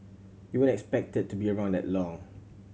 you weren't expected to be around that long